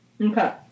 okay